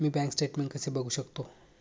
मी bank statement कसे बघू शकतो?